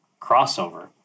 crossover